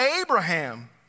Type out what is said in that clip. Abraham